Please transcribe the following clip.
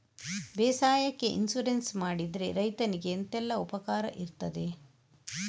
ಬೇಸಾಯಕ್ಕೆ ಇನ್ಸೂರೆನ್ಸ್ ಮಾಡಿದ್ರೆ ರೈತನಿಗೆ ಎಂತೆಲ್ಲ ಉಪಕಾರ ಇರ್ತದೆ?